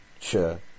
Sure